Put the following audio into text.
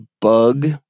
bug